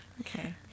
okay